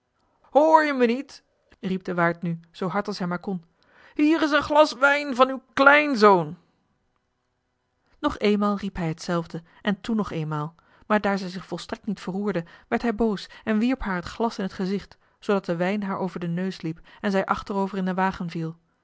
hoor je mij niet riep de waard nu zoo hard als hij maar kon hier is een glas wijn van uw kleinzoon nog eenmaal riep hij hetzelfde en toen nog eenmaal maar daar zij zich volstrekt niet verroerde werd hij boos en wierp haar het glas in het gezicht zoodat de wijn haar over den neus liep en zij achterover in den wagen viel